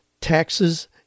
taxes